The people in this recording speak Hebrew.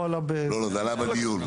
לא עלה --- זה עלה בדיון.